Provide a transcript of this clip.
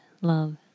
love